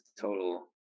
total